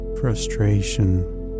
frustration